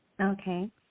Okay